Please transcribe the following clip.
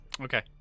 Okay